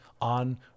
on